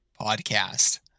Podcast